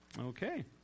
Okay